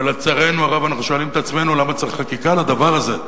ולצערנו הרב אנחנו שואלים את עצמנו למה צריך חקיקה לדבר הזה,